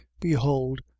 behold